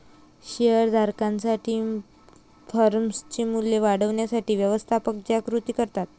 share धारकांसाठी फर्मचे मूल्य वाढवण्यासाठी व्यवस्थापक ज्या कृती करतात